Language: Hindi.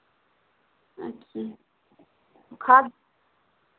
अच्छा खाद